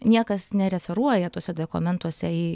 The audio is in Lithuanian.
niekas nereferuoja tuose dokumentuose į